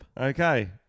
Okay